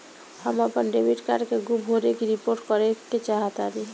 हम अपन debit card के गुम होने की रिपोर्ट करे चाहतानी